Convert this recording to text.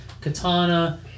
Katana